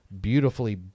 beautifully